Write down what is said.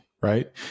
right